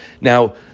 Now